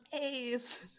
A's